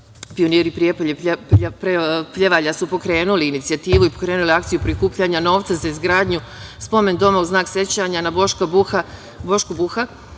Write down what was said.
pioniri Prijepolja i Pljevalja su pokrenuli inicijativu i pokrenuli akciju prikupljanja novca za izgradnju spomen doma u znak sećanja na Boška Buha.